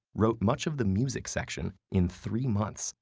wrote much of the music section in three months,